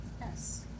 Yes